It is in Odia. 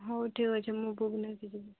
ହଉ ଠିକ୍ ଅଛି ମୁଁ ବୁକ୍ ନେଇକି ଯିବି